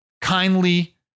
kindly